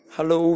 Hello